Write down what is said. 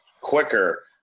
quicker